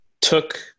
took